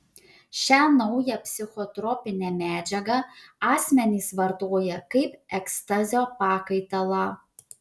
šią naują psichotropinę medžiagą asmenys vartoja kaip ekstazio pakaitalą